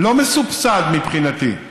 לא מסובסד, מבחינתי,